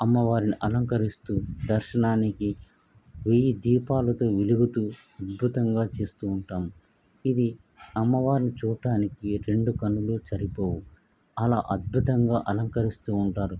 అమ్మవారిని అలంకరిస్తూ దర్శనానికి వెయ్యి దీపాలతో వెలుగుతూ అద్భుతంగా చేస్తూ ఉంటాము ఇది అమ్మవారిని చూడటానికి రెండు కన్నులూ సరిపోవు అలా అద్భుతంగా అలంకరిస్తూ ఉంటారు